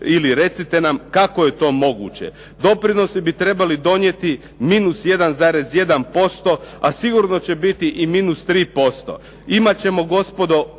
ili recite nam kako je to moguće. Doprinosi bi trebali donijeti -1,1% a sigurno će biti i -3%. Imat ćemo gospodo